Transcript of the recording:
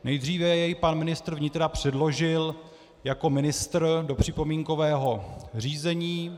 Nejdříve jej pan ministr vnitra předložil jako ministr do připomínkového řízení.